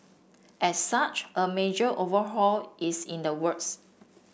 as such a major overhaul is in the works